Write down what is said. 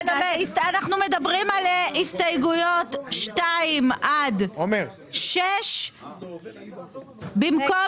אנחנו מדברים על הסתייגויות 2 עד 6. במקום